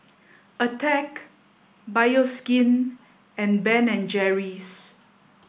attack Bioskin and Ben and Jerry's